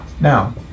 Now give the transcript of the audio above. Now